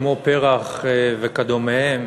כמו פר"ח וכדומה,